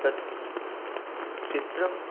तत् चित्रम्